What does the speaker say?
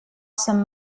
some